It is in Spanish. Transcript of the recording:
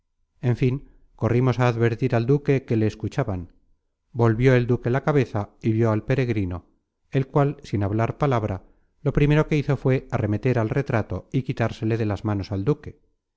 en fin corrimos á advertir al duque que le escuchaban volvió el duque la cabeza y vió al peregrino el cual sin hablar palabra lo primero que hizo fué arremeter al retrato y quitársele de las manos al duque